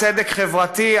צדק חברתי,